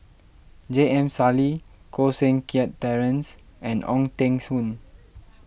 J M Sali Koh Seng Kiat Terence and Ong Teng Koon